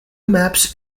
maps